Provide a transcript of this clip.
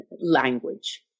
language